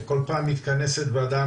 כל פעם מתכנסת וועדה,